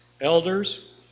Elders